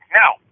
now